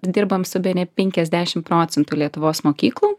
dirbam su bene penkiasdešim procentų lietuvos mokyklų